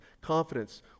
Confidence